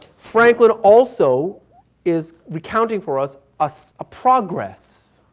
franklin also is recounting for us us a progress,